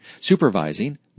supervising